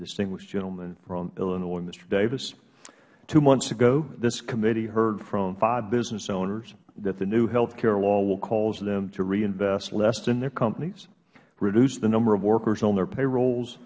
distinguished gentleman from illinois mister davis two months ago this committee heard from five business owners that the new health care law will cause them to reinvest less in their companies reduce the number of workers on their payrolls